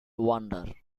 wonder